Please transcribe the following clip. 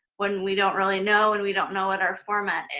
when we don't really know and we don't know what our format is.